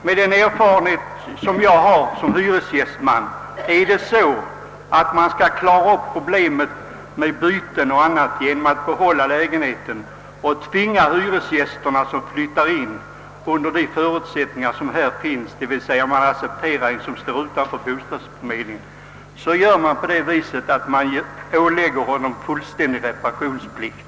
Med min erfarenhet som hyresgästman vet jag att hyresvärdarna klarar problemet med byten genom att bl.a. i vissa fall ålägga den hyresgäst som flyttar in under de förutsättningar som ges, d. v. s. då man accepterar någon som står utanför bostadsförmedlingen, fullständig reparationsplikt.